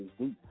deep